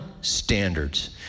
standards